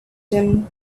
them